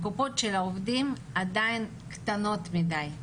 הקופות של העובדים עדיין קטנות מדיי,